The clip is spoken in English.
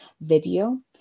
video